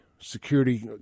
security